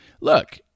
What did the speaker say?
look